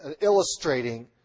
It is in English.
illustrating